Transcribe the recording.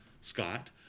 Scott